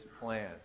plan